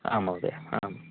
आम् महोदय आम्